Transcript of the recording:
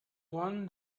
won